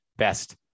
best